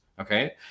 Okay